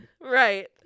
Right